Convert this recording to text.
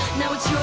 notes.